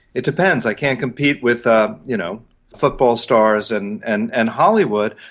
it depends. i can't compete with ah you know football stars and and and hollywood,